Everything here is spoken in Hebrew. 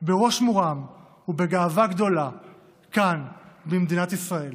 בראש מורם ובגאווה גדולה כאן, במדינת ישראל.